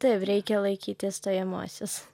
taip reikia laikyti stojamuosius